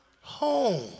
home